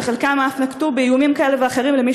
וחלקם אף נקטו איומים כאלה ואחרים למי